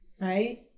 right